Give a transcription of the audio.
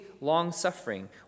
long-suffering